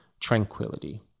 tranquility